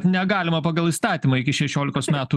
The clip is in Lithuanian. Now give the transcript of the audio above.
negalima pagal įstatymą iki šešiolikos metų